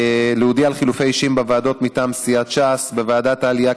אני מודיע על חילופי אישים בוועדות מטעם סיעת ש"ס: בוועדת העלייה,